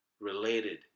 related